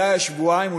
אולי שבועיים,